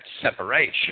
separation